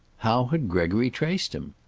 how had gregory traced him?